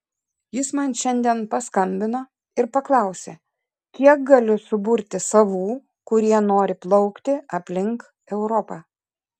jis man šiandien paskambino ir paklausė kiek galiu suburti savų kurie nori plaukti aplink europą